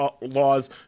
laws